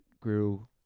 grew